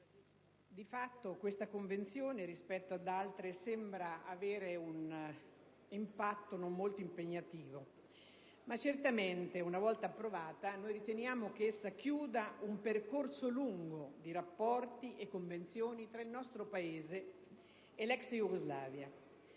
di fatto questa Convenzione rispetto ad altre sembra avere un impatto non molto impegnativo, ma certamente, una volta approvata, riteniamo che essa chiuda un percorso lungo di rapporti e convenzioni tra il nostro Paese e la ex Jugoslavia.